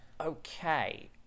Okay